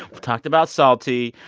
we've talked about psalty.